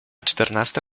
czternasta